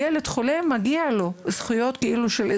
ילד חולה זכאי לדוגמה,